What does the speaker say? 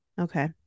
Okay